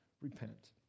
repent